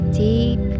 deep